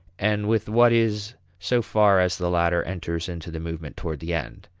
and with what is so far as the latter enters into the movement toward the end.